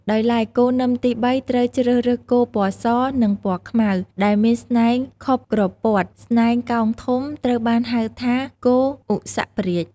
ដោយឡែកគោនឹមទី៣ ត្រូវជ្រើសរើសគោ ពណ៌ស និង ពណ៌ខ្មៅ ដែលមានស្នែងខុបក្រព័ត ស្នែងកោងធំ ត្រូវបានហៅថា គោឧសភរាជ។